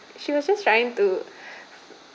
she was just trying to